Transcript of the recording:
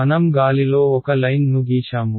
మనం గాలిలో ఒక లైన్ ను గీశాము